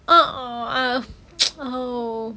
uh uh ah oh